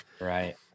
Right